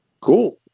Cool